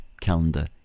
calendar